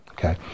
Okay